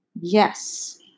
Yes